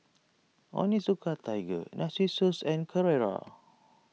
Onitsuka Tiger Narcissus and Carrera